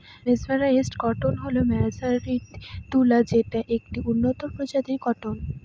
mesmerised cotton হল মার্জারিত তুলা যেটা একটি উন্নত প্রজাতির কটন